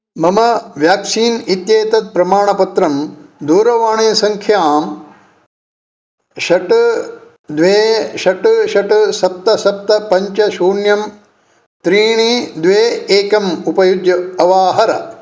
मम वेक्सीन् इत्येतत् प्रमाणपत्रं दूरवाणीसङ्ख्यां षट् द्वे षट् षट् सप्त सप्त पञ्च शून्यम् त्रीणि द्वे एकम् उपयुज्य अवाहर